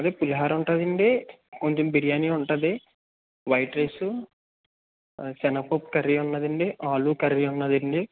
అదే పులిహోర ఉంటుందండి కొంచెం బిర్యానీ ఉంటుంది వైట్ రైస్ సెనగపప్పు కర్రీ ఉన్నాదండి ఆలు కర్రీ ఉన్నాదండి